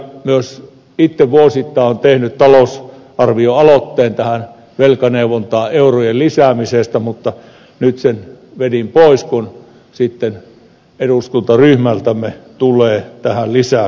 myös itse olen vuosittain tehnyt talousarvioaloitteen eurojen lisäämisestä tähän velkaneuvontaan mutta nyt sen vedin pois kun eduskuntaryhmältämme tulee tähän lisäysesitys